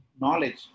knowledge